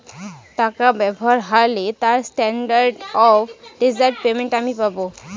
টাকা ব্যবহার হারলে তার স্ট্যান্ডার্ড অফ ডেজার্ট পেমেন্ট আমি পাব